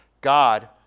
God